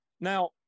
Now